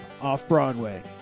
Off-Broadway